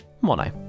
mono